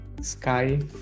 sky